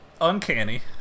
uncanny